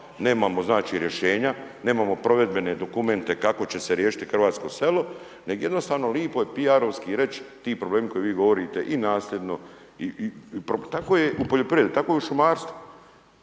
nemamo znači rješenja, nemamo provedbene dokumente kako će se riješiti hrvatsko selo nego jednostavno lipo je PR-ovski reći ti problemi o kojima vi govorite i nasljedno, tako je u poljoprivredi, tako je u šumarstvu,